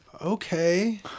Okay